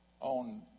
on